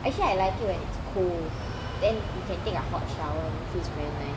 actually I like to when it's cold then you take a hot shower it feels very nice